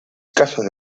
casos